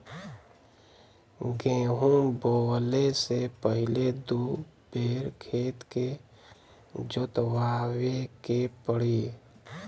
गेंहू बोवले से पहिले दू बेर खेत के जोतवाए के पड़ी